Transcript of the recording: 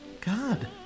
God